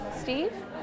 Steve